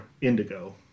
indigo